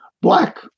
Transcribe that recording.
black